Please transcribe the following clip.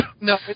No